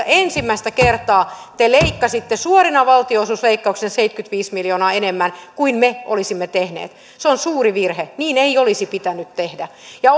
ensimmäistä kertaa te leikkasitte suorina valtionosuusleikkauksina seitsemänkymmentäviisi miljoonaa enemmän kuin me olisimme tehneet se on suuri virhe niin ei olisi pitänyt tehdä ja